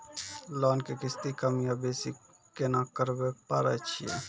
Loan के किस्ती कम या बेसी केना करबै पारे छियै?